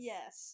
Yes